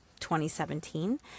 2017